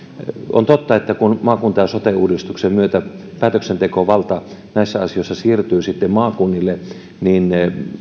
on totta että kun maakunta ja sote uudistuksen myötä päätöksentekovalta näissä asioissa siirtyy sitten maakunnille niin